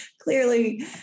Clearly